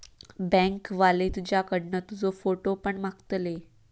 bank वाले तुझ्याकडना तुजो फोटो पण मागतले